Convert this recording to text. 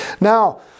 Now